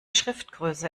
schriftgröße